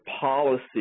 policy